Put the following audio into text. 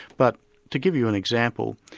but to give you an example,